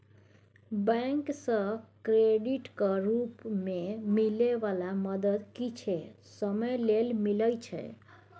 bank सँ क्रेडिटक रूप मे मिलै बला मदद किछे समय लेल मिलइ छै